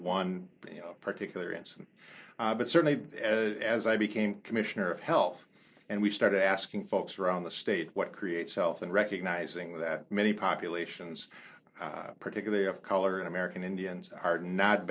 one particular instance but certainly as i became commissioner of health and we started asking folks around the state what creates health and recognizing that many populations particularly of color in american indians are not